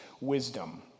wisdom